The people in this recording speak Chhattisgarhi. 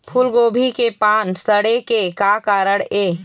फूलगोभी के पान सड़े के का कारण ये?